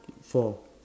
four